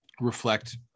reflect